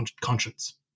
conscience